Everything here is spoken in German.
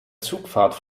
zugfahrt